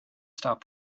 stop